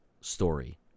story